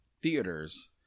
Theaters